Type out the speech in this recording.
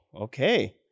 okay